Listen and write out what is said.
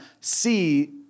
see